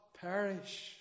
perish